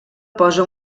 posa